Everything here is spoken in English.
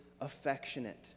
affectionate